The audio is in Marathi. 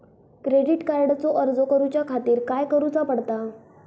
क्रेडिट कार्डचो अर्ज करुच्या खातीर काय करूचा पडता?